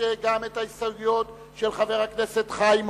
של חברי הכנסת שלי יחימוביץ,